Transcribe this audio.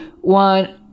one